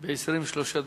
ב-23 דיינים.